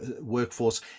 workforce